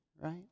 right